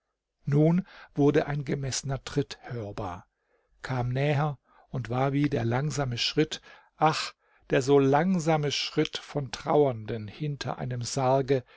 nun wurde ein gemessner tritt hörbar kam näher und war wie der langsame schritt ach der so langsame schritt von trauernden hinter einem sarge